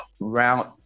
round